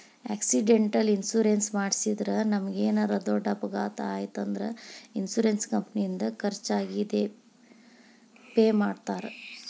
accidental insurance ಮಾಡಿಸಿದ್ರ ನಮಗೇನರ ದೊಡ್ಡ ಅಪಘಾತ ಆಯ್ತ್ ಅಂದ್ರ ಇನ್ಶೂರೆನ್ಸ್ ಕಂಪನಿಯಿಂದ ಖರ್ಚಾಗಿದ್ ಪೆ ಮಾಡ್ತಾರಾ